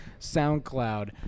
SoundCloud